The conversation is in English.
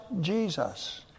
Jesus